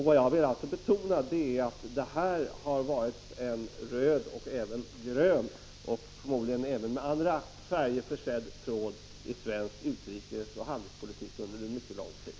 Jag har velat betona att detta har varit en röd, och grön, tråd — förmodligen har tråden även haft andra färger —i svensk utrikesoch handelspolitik under mycket lång tid.